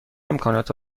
امکانات